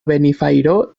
benifairó